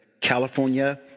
California